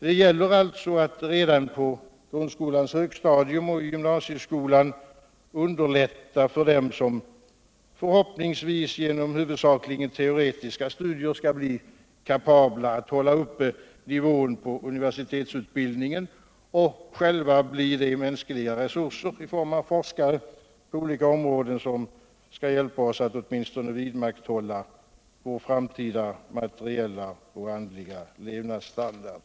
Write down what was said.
Det gäller alltså att redan på grundskolans högstadium och i gymnasieskolan underlätta för dem som förhoppningsvis, genom huvudsakligen teoretiska studier, kan bli kapabla att hålla uppe nivån på universitetsutbildningen och själva bli de mänskliga resurser i form av forskare på olika områden som skall hjälpa oss att åtminstone vidmakthålla vår materiella och andliga levnadsstandard.